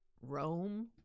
Rome